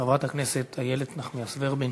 חברת הכנסת איילת נחמיאס ורבין.